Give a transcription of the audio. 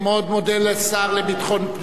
מאוד מודה לשר לביטחון פנים,